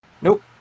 Nope